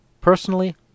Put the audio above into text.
Personally